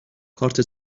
کارت